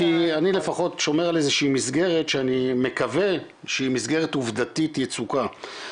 אני לפחות שומר על איזושהי מסגרת שאני מקווה שהיא מסגרת עובדתית יצוקה.